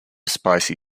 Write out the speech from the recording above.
spicy